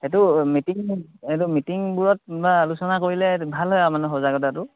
সেইটো মিটিং এইটো মিটিংবোৰত বা আলোচনা কৰিলে ভাল হয় আৰু মানে সজাগতাটো